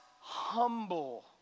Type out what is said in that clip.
humble